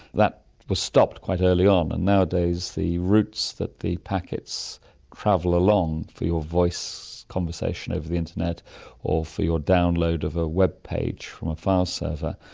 that was stopped quite early on, um and nowadays the routes that the packets travel along for your voice conversation over the internet or for your download of a webpage from a file server,